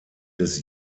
des